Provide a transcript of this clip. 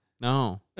No